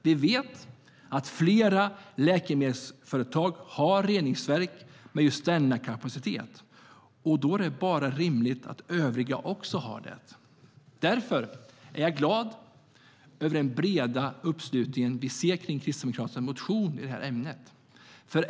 Vi vet att flera läkemedelsföretag har reningsverk med just denna kapacitet, och då är det bara rimligt att övriga också har det. Därför är jag glad över den breda uppslutning vi ser kring Kristdemokraternas motion i det här ämnet.